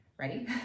Ready